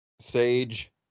Sage